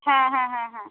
হ্যাঁ হ্যাঁ হ্যাঁ হ্যাঁ